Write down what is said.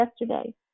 yesterday